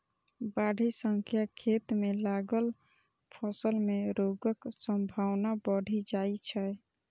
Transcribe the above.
बाढ़ि सं खेत मे लागल फसल मे रोगक संभावना बढ़ि जाइ छै